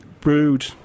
brewed